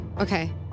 Okay